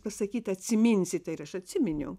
pasakyta atsiminsit ir aš atsiminiau